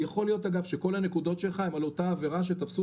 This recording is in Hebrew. אגב יכול להיות שכל הנקודות שלך הן על אותה עבירה שתפסו